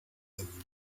every